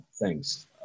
Thanks